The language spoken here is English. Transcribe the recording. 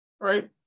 right